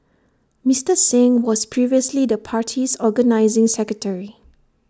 Mister Singh was previously the party's organising secretary